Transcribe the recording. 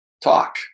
talk